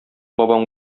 бабаң